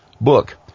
Book